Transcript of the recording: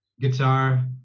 guitar